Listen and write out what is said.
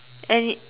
and it